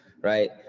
Right